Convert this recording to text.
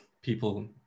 people